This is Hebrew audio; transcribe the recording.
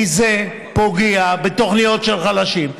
כי זה פוגע בתוכניות לחלשים.